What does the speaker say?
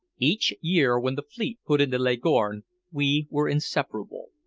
each year when the fleet put into leghorn we were inseparable,